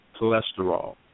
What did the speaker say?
cholesterol